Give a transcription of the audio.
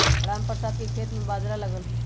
रामप्रसाद के खेत में बाजरा लगल हई